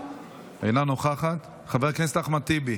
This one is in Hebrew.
אינה נוכחת, חבר הכנסת אחמד טיבי